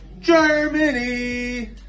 Germany